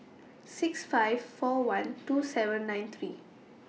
six five four one two seven nine three